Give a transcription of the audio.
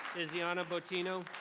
tiziano buttino?